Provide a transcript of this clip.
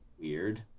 weird